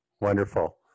Wonderful